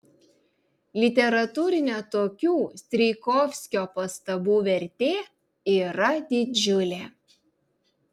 literatūrinė tokių strijkovskio pastabų vertė yra didžiulė